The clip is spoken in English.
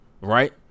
right